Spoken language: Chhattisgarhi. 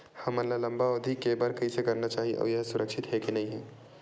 हमन ला लंबा अवधि के बर कइसे करना चाही अउ ये हा सुरक्षित हे के नई हे?